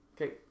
Okay